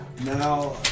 Now